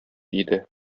иде